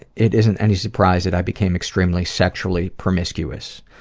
it isn't any surprise that i became extremely sexually promiscuous.